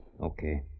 Okay